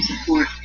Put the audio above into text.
support